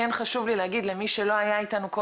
חשוב לי להגיד למי שלא היה איתנו כל